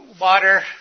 Water